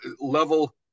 level